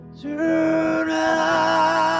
tonight